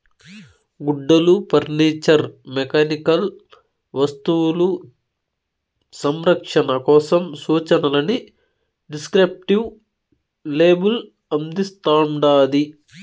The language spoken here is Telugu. గుడ్డలు ఫర్నిచర్ మెకానికల్ వస్తువులు సంరక్షణ కోసం సూచనలని డిస్క్రిప్టివ్ లేబుల్ అందిస్తాండాది